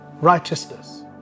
Righteousness